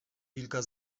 wilka